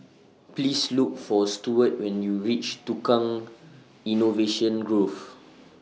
Please Look For Stuart when YOU REACH Tukang Innovation Grove